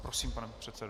Prosím, pane předsedo.